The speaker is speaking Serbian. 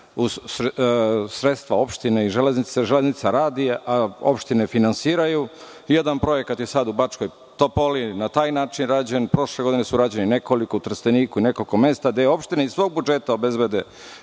sredstva opštine i Železnice. Železnica radi, a opštine finansiraju. Jedan projekat je sad u Bačkoj Topoli na taj način rađen, prošle godine je rađeno nekoliko, u Trsteniku i nekoliko mesta, gde opštine iz svog budžeta obezbede